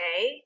Okay